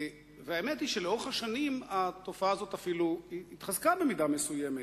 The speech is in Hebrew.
האמת היא שלאורך השנים התופעה הזאת אפילו התחזקה במידה מסוימת,